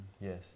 Yes